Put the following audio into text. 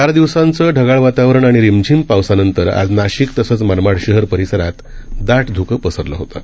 चार दिवसांचं ढगाळ वातावरण आणि रिमझिम पावसानंतर आज नाशिक तसंच मनमाड शहर परिसरात दाट ध्कं पसरलं होतं